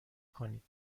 کنید